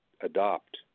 adopt